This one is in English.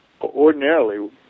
ordinarily